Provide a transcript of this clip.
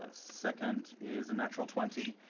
ah second is a natural twenty.